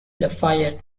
lafayette